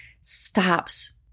stops